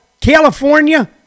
California